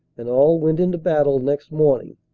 and all went into battle next morning.